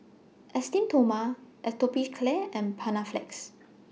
Esteem Stoma Atopiclair and Panaflex